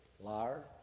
Liar